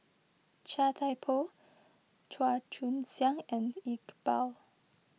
Chia Thye Poh Chua Joon Siang and Iqbal